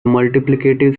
multiplicative